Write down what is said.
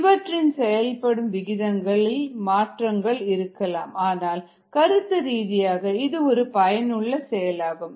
இவற்றின் செயல்படும் விகிதங்களில் மாற்றங்கள் இருக்கலாம் ஆனால் கருத்து ரீதியாக இது ஒரு பயனுள்ள செயலாகும்